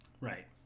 Right